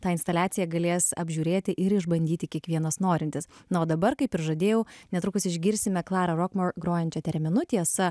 tą instaliaciją galės apžiūrėti ir išbandyti kiekvienas norintis na o dabar kaip ir žadėjau netrukus išgirsime klarą rokmor grojančią tereminu tiesa